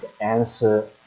answer